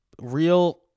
real